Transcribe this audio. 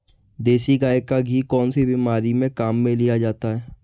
देसी गाय का घी कौनसी बीमारी में काम में लिया जाता है?